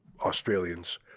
Australians